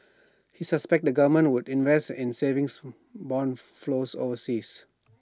he suspects the government would invest and savings Bond flows overseas